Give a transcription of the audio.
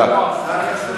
מה אתה מדבר בכלל?